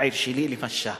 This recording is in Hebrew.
העיר שלי למשל,